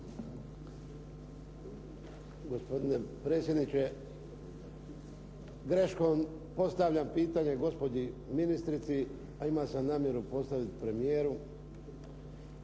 Gospodine predsjedniče. Greškom postavljam pitanje gospođi ministrici, a imao sam namjeru postaviti premijeru